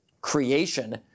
creation